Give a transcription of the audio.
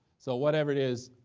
so whatever it is,